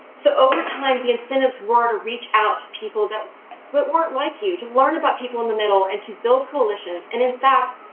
so over time, the incentives were to reach out to people that but weren't like you, to learn about people in the middle and to build coalitions. and in fact,